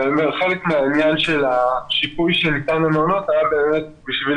חלק מהעניין של השיפוי שניתן למעונות היה בשביל